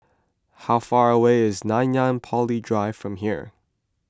how far away is Nanyang Poly Drive from here